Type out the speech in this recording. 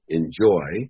enjoy